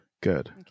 good